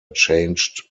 changed